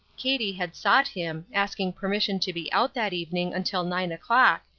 katie had sought him, asking permission to be out that evening until nine o'clock,